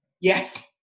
Yes